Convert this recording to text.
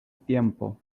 tiempo